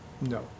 No